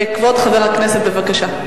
כבוד חבר הכנסת, בבקשה.